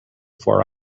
four